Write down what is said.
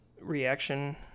reaction